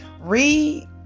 read